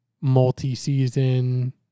multi-season